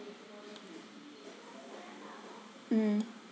mm